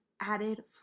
added